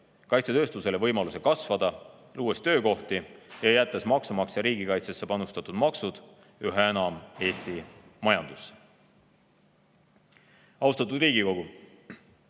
kaitsetööstusele võimaluse kasvada, luues töökohti ja jättes maksumaksja riigikaitsesse panustatud maksud üha enam Eesti majandusse. Kas sa oskad